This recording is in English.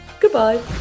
Goodbye